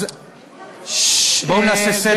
אז בואו נעשה סדר,